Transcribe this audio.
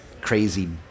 crazy